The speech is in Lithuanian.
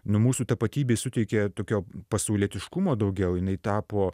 nu mūsų tapatybei suteikia tokio pasaulietiškumo daugiau jinai tapo